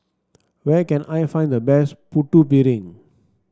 where can I find the best Putu Piring